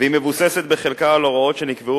והיא מבוססת בחלקה על הוראות שנקבעו